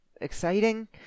exciting